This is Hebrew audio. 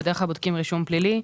בדרך כלל בודקים רישום פלילי.